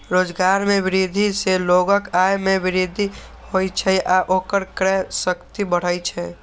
रोजगार मे वृद्धि सं लोगक आय मे वृद्धि होइ छै आ ओकर क्रय शक्ति बढ़ै छै